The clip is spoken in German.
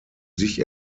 sich